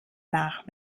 nach